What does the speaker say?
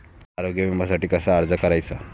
आरोग्य विम्यासाठी कसा अर्ज करायचा?